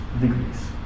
degrees